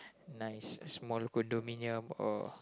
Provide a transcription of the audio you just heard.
nice a small condominium or